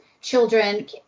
children